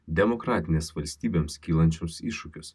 demokratinės valstybėms kylančius iššūkius